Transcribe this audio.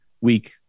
week